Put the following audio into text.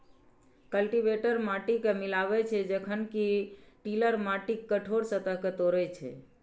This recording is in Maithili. कल्टीवेटर माटि कें मिलाबै छै, जखन कि टिलर माटिक कठोर सतह कें तोड़ै छै